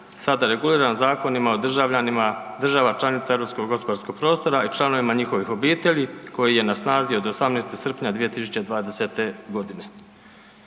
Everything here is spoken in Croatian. sada reguliran Zakonima o državljanima država članica Europskog gospodarskog prostora i članovima njihovih obitelji koji je na snazi od 18. srpnja 2020.g.